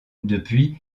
depuis